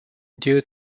due